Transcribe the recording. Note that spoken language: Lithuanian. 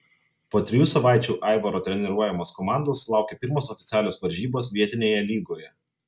po trijų savaičių aivaro treniruojamos komandos laukė pirmos oficialios varžybos vietinėje lygoje